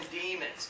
demons